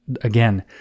Again